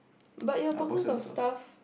but your boxes of stuff